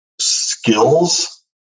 skills